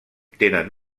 tenen